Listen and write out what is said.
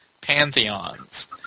pantheons